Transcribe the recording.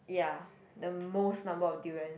ya the most number of durian